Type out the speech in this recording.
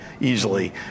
easily